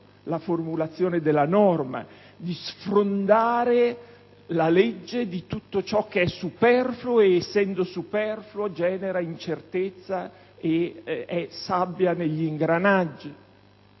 la formulazione della norma, di sfrondare la legge di tutto ciò che è superfluo e che, in quanto tale, genera incertezza ed è «sabbia negli ingranaggi».